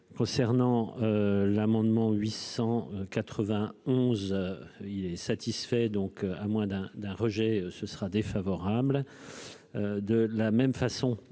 concernant l'amendement 891 il est satisfait, donc à moins d'un d'un rejet, ce sera défavorable de la même façon